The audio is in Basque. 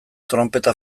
tronpeta